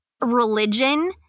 religion